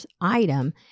item